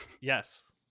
Yes